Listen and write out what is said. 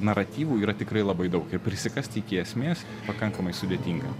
naratyvų yra tikrai labai daug ir prisikast iki esmės pakankamai sudėtinga